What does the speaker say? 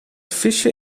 fische